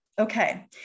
Okay